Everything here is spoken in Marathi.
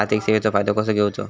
आर्थिक सेवाचो फायदो कसो घेवचो?